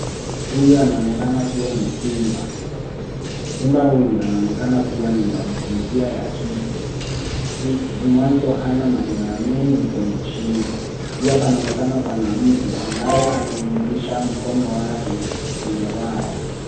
Huyu anaonekana kuwa ni simba. Simba huyu anaonekana kuwa niwa jinsia ya kike, mwanzo hana manyoya mengi kwenye shingo. Pia panaonekana hapa pana mtu anyeingisha mkono wake kwenye waya.